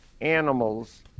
animals